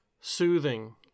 soothing